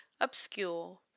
obscure